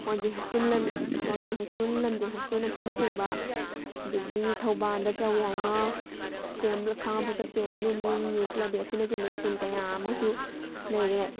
ꯋꯥꯡꯖꯤꯡ high school Wangjing high school Lamding high school ꯑꯁꯤꯅꯆꯤꯡꯕ ꯑꯗꯒꯤ ꯊꯧꯕꯥꯜꯗ ꯆꯧꯌꯥꯏꯃ ꯈꯪꯉꯕꯣꯛꯇ K M blooming new public ꯑꯁꯤꯅ ꯆꯤꯡꯕ ꯁ꯭ꯀꯨꯜ ꯀꯌꯥ ꯑꯃꯁꯨ ꯂꯩꯔꯦ